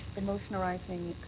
the motion arising.